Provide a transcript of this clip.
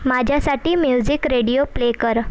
माझ्यासाठी music radio play कर